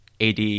AD